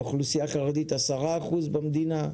האוכלוסייה החרדית 10% במדינה,